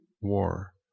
war